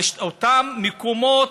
על אותם מקומות,